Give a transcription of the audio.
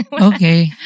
Okay